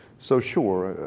so sure,